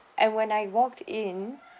and when I walked in